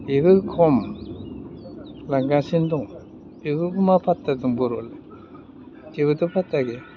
बेबो खम लांगासिनो दं बेफोरखौ मा फाथ्था दं बर'आलाय जेबोथ' फाथ्था गैया